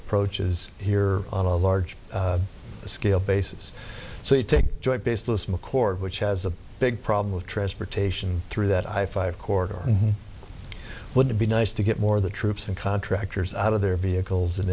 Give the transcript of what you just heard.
approaches here on a large scale basis so you take joint baseless mcchord which has a big problem with transportation through that i five corridor and it would be nice to get more of the troops and contractors out of their vehicles and